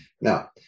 Now